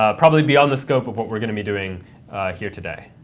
ah probably beyond the scope of what we're going to be doing here today.